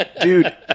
Dude